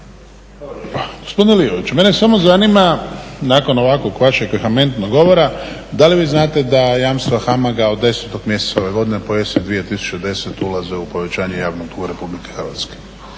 Gospodine Lioviću mene samo zanima nakon ovakvog vašeg vehementnog govora da li vi znate da jamstva HAMAG-a od 10.mjeseca ove godine … 2010.ulaze u povećanje javnog duga RH, kao